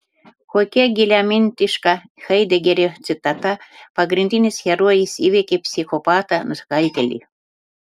kokia giliamintiška haidegerio citata pagrindinis herojus įveikė psichopatą nusikaltėlį